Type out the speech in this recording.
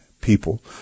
people